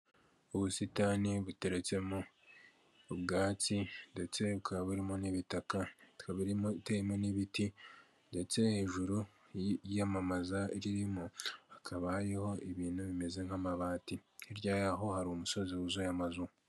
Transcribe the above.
Ubusitani buteretsemo ubwatsi, ndetse bukaba burimo n'ibitaka, ikaba irimo, iteyemo n'ibiti, ndetse hejuru y'iyamamaza ririmo hakaba hariho ibintu bimeze nk'amabati, hirya yaho hari umusozi wuzuye amazu.